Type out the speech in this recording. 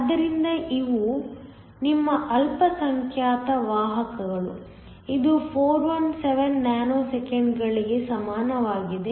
ಆದ್ದರಿಂದ ಇವು ನಿಮ್ಮ ಅಲ್ಪಸಂಖ್ಯಾತ ವಾಹಕಗಳು ಇದು 417 ನ್ಯಾನೊಸೆಕೆಂಡ್ಗಳಿಗೆ ಸಮಾನವಾಗಿದೆ